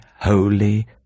holy